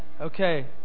Okay